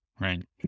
Right